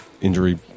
injury